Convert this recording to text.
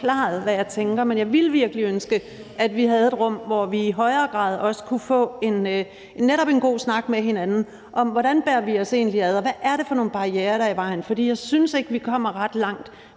jeg ville virkelig ønske, at vi havde et rum, hvor vi netop i højere grad kunne få en god snak med hinanden om, hvordan vi egentlig bærer os ad, og hvad det er for nogle barrierer, der er i vejen. For jeg synes ikke, vi kommer ret langt,